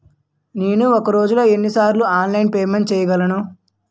నేను ఒక రోజులో ఎన్ని సార్లు ఆన్లైన్ పేమెంట్ చేయగలను?